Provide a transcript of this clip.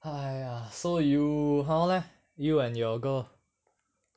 !aiya! so you how leh you and your girl